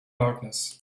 darkness